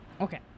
Okay